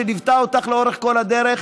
שליוותה אותך לאורך כל הדרך.